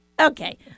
Okay